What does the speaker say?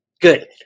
Good